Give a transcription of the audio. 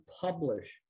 publish